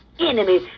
enemy